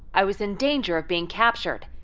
i was in danger of being captured.